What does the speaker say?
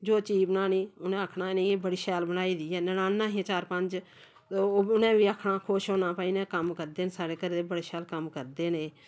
जो चीज़ बनानी उ'नें आखना नेईं एह् बड़ी शैल बनाई दी ऐ ननाना हियां चार पंज ते उ'नें बी आखना खुश होना भाई इ'नें कम्म करदे न साढ़े घरै दे बड़े शैल कम्म करदे न एह्